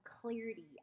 clarity